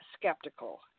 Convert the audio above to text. skeptical